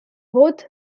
both